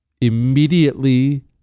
Immediately